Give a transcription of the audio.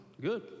good